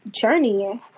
journey